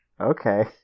Okay